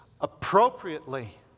appropriately